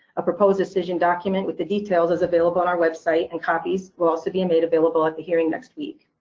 a proposed decision document with the details is available on our website and copies will also be made available at the hearing next week.